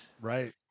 Right